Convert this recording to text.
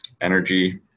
energy